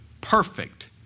perfect